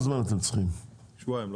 שבועיים.